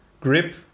grip